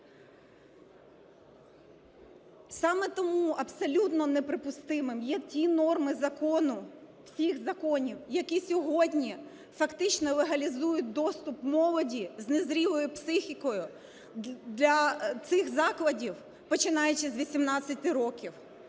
Саме тому абсолютно неприпустимими є ті норми закону, всіх законів, які сьогодні, фактично, легалізують доступ молоді з незрілою психікою для цих закладів, починаючи з 18 років,